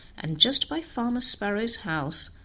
and just by farmer sparrow's house,